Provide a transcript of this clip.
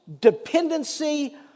dependency